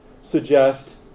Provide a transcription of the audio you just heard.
suggest